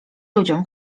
ludziom